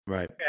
Right